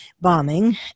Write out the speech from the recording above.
bombing